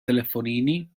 telefoni